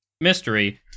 mystery